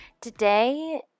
Today